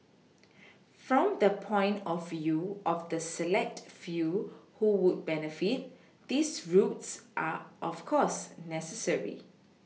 from the point of you of the select few who would benefit these routes are of course necessary